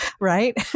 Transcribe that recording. right